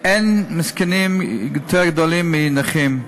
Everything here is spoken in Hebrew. אין מסכנים יותר גדולים מנכים,